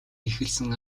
эхэлсэн